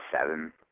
seven